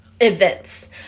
events